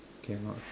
cannot